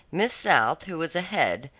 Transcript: miss south, who was ahead,